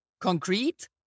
concrete